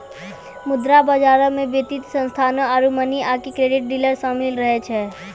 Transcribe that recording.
मुद्रा बजारो मे वित्तीय संस्थानो आरु मनी आकि क्रेडिट डीलर शामिल रहै छै